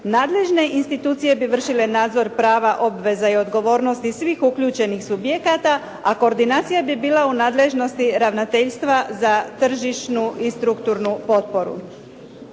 Nadležne institucije bi vršile nadzor prava, obveza i odgovornosti svih uključenih subjekata, a koordinacija bi bila u nadležnosti Ravnateljstva za tržišnu i strukturnu potporu.